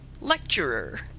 Lecturer